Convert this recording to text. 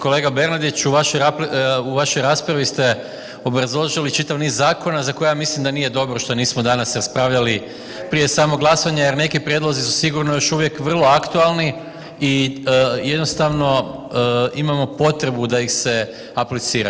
Kolega Bernardiću u vašoj raspravi ste obrazložili čitav niz zakona za koje ja mislim da nije dobro što nismo danas raspravljali prije samog glasanja jer neki prijedlozi su sigurno još uvijek vrlo aktualni i jednostavno imamo potrebu da ih se aplicira.